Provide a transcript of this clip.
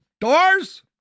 doors